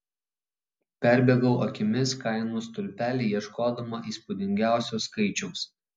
perbėgau akimis kainų stulpelį ieškodama įspūdingiausio skaičiaus